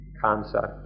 concept